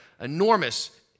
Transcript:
enormous